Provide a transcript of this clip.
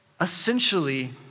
Essentially